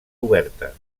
oberta